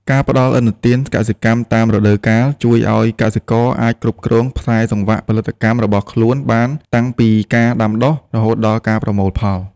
ការផ្ដល់ឥណទានកសិកម្មតាមរដូវកាល ជួយឱ្យកសិករអាចគ្រប់គ្រងខ្សែសង្វាក់ផលិតកម្មរបស់ខ្លួនបានតាំងពីការដាំដុះរហូតដល់ការប្រមូលផល។